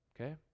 Okay